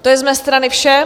To je z mé strany vše.